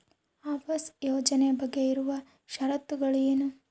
ಆವಾಸ್ ಯೋಜನೆ ಬಗ್ಗೆ ಇರುವ ಶರತ್ತುಗಳು ಏನು?